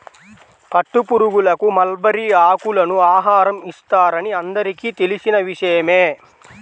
పట్టుపురుగులకు మల్బరీ ఆకులను ఆహారం ఇస్తారని అందరికీ తెలిసిన విషయమే